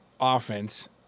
offense